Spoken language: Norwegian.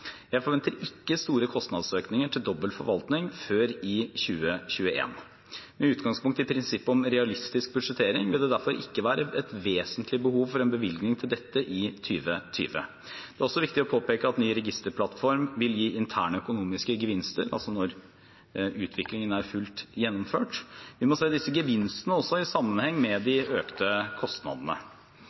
Jeg forventer ikke store kostnadsøkninger til dobbel forvaltning før i 2021. Med utgangspunkt i prinsippet om realistisk budsjettering vil det derfor ikke være et vesentlig behov for en bevilgning til dette i 2020. Det er også viktig å påpeke at ny registerplattform vil gi interne økonomiske gevinster – altså når utviklingen er fullt ut gjennomført. Vi må se disse gevinstene i sammenheng med de økte kostnadene.